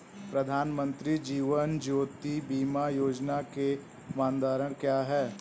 प्रधानमंत्री जीवन ज्योति बीमा योजना के मानदंड क्या हैं?